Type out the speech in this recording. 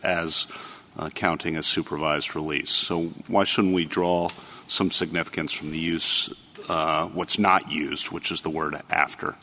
as counting a supervised release so why should we draw some significance from the use what's not used which is the word after